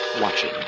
watching